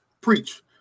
Preach